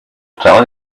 tell